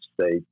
state